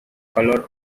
color